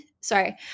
sorry